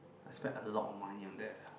I spent a lot of money on that